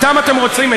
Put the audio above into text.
אתם אתם רוצים,